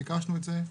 ביקשנו את זה,